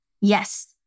Yes